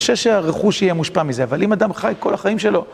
אני חושב שהריכוש יהיה מושפע מזה, אבל אם אדם חי כל החיים שלו...